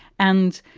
and,